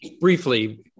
briefly